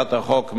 מסר לא נכון,